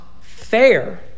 fair